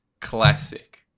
Classic